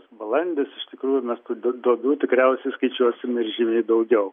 balandis iš tikrųjų mes tų do duobių tikriausiai skaičiuosim ir žymiai daugiau